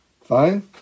Fine